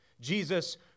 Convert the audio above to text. Jesus